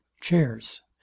chairs